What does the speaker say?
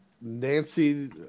Nancy